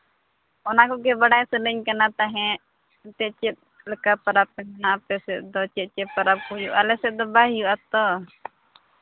ᱚᱱᱟ ᱠᱚᱜᱮ ᱵᱟᱲᱟᱭ ᱥᱟᱱᱟᱧ ᱠᱟᱱᱟ ᱛᱟᱦᱮᱸᱜ ᱮᱱᱛᱮ ᱪᱮᱫ ᱞᱮᱠᱟ ᱯᱟᱨᱟᱵᱽ ᱯᱮ ᱢᱟᱱᱟᱣᱟ ᱟᱯᱮ ᱥᱮᱫ ᱫᱚ ᱪᱮᱫ ᱪᱮᱫ ᱯᱚᱨᱚᱵᱽ ᱠᱚ ᱦᱩᱭᱩᱜᱼᱟ ᱟᱞᱮ ᱥᱮᱫ ᱫᱚ ᱵᱟᱭ ᱦᱩᱭᱩᱜᱼᱟ ᱛᱚ